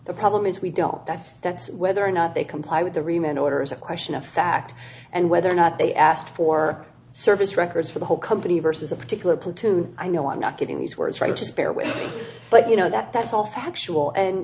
the problem is we don't know that's that's whether or not they comply with the riemann order is a question of fact and whether or not they asked for service records for the whole company versus a particular pl two i know i'm not getting these words right just bear with me but you know that that's all factual and